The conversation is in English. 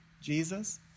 Jesus